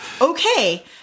Okay